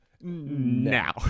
now